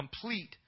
complete